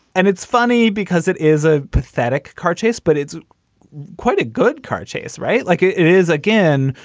and it's funny because it is a pathetic car chase, but it's quite a good car chase. right. like it it is, again,